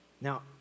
Now